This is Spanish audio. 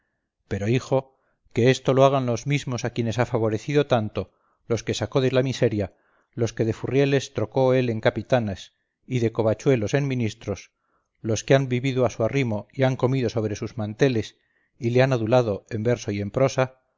pero hijo que esto lo hagan los mismos a quienes ha favorecido tanto los que sacó de la miseria los que de furrieles trocó él en capitanes y de covachuelos en ministros los que han vivido a su arrimo y han comido sobre sus manteles y le han adulado en verso y en prosa